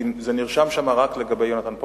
כי זה נרשם שם רק לגבי יונתן פולארד,